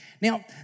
Now